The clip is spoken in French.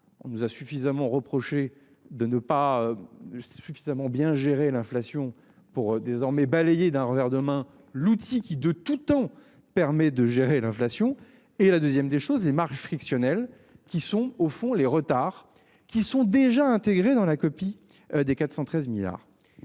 On nous a suffisamment reproché de ne pas. Suffisamment bien gérer l'inflation pour désormais balayé d'un revers de main l'outil qui de tout temps permet de gérer l'inflation et la 2ème des choses et frictionnel qui sont au fond les retards qui sont déjà intégrées dans la copie des 413 milliards.